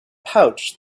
pouch